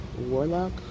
warlock